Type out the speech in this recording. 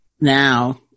now